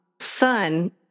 son